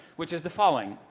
which is the following.